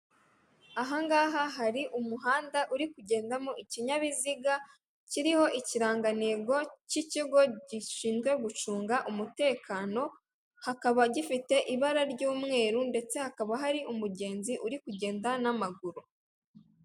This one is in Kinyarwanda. Ahangaha hari umuhanda uri kugendamo ikinyabiziga kiriho ikirangantego cy'ikigo gishinzwe gucunga umutekano hakaba gifite ibara ry'umweru ndetse hakaba hari umugenzi uri kugenda n'amaguru.